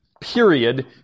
period